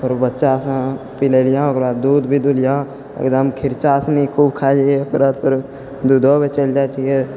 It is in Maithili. फेर बच्चासँ पिलेलिअऽ ओकरा दूध भी दुहलिअऽ एकदम खिरचासनी खूब खाइ जाइ ओकर बाद फेर दूधो बेचैलऽ जाइ छिए